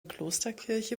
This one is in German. klosterkirche